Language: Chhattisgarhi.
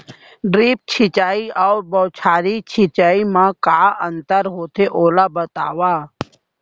ड्रिप सिंचाई अऊ बौछारी सिंचाई मा का अंतर होथे, ओला बतावव?